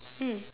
mm